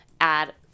add